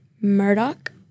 Murdoch